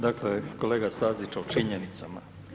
Dakle, kolega Stazić o činjenicama.